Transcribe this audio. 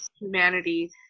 humanity